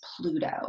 Pluto